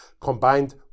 combined